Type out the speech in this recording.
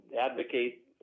advocate